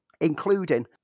including